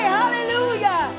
hallelujah